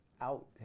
out